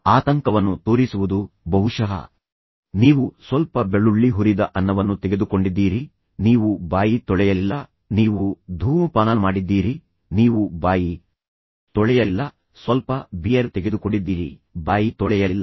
ಆತಂಕವನ್ನು ತೋರಿಸುವುದು ಬಹುಶಃ ನೀವು ಸ್ವಲ್ಪ ಬೆಳ್ಳುಳ್ಳಿ ಹುರಿದ ಅನ್ನವನ್ನು ತೆಗೆದುಕೊಂಡಿದ್ದೀರಿ ನೀವು ಬಾಯಿ ತೊಳೆಯಲಿಲ್ಲ ನೀವು ಧೂಮಪಾನ ಮಾಡಿದ್ದೀರಿ ನೀವು ಬಾಯಿ ತೊಳೆಯಲಿಲ್ಲ ಸ್ವಲ್ಪ ಬಿಯರ್ ತೆಗೆದುಕೊಂಡಿದ್ದೀರಿ ಬಾಯಿ ತೊಳೆಯಲಿಲ್ಲ